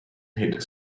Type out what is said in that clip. hit